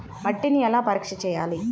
మట్టిని ఎలా పరీక్ష చేయాలి?